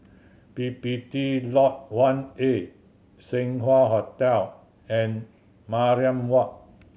P P T Lodge One A Seng Wah Hotel and Mariam Walk